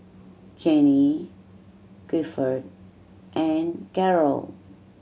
Jenny Guilford and Garold